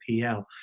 PL